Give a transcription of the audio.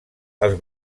els